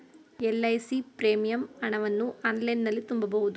LIC premium ಹಣವನ್ನು ಆನ್ಲೈನಲ್ಲಿ ತುಂಬಬಹುದು